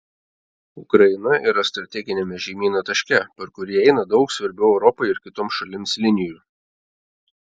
ukraina yra strateginiame žemyno taške per kurį eina daug svarbių europai ir kitoms šalims linijų